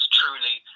truly